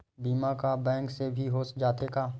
बीमा का बैंक से भी हो जाथे का?